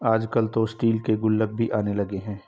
आजकल तो स्टील के गुल्लक भी आने लगे हैं